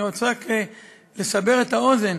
אני רוצה רק לסבר את האוזן.